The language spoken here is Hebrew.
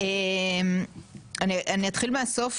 אני אתחיל מהסוף,